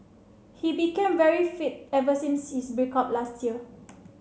he became very fit ever since his break up last year